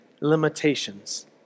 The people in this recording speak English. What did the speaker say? limitations